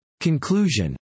Conclusion